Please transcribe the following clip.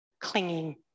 clinging